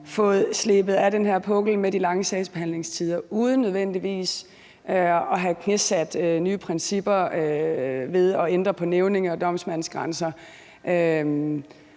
fået slebet noget af den her pukkel af de lange sagsbehandlingstider uden nødvendigvis at have knæsat nye principper ved at ændre på nævninge- og domsmandsgrænser.